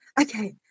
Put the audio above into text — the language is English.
okay